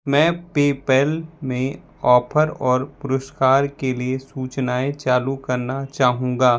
मैं पेपैल में ऑफ़र और पुरस्कार के लिए सूचनाएँ चालू करना चाहूँगा